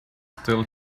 still